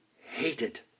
hated